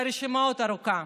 והרשימה עוד ארוכה.